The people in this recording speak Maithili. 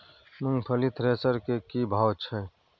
मूंगफली थ्रेसर के की भाव छै?